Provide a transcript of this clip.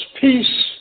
peace